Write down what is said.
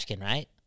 right